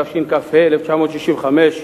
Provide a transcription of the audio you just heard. התשכ"ה 1965,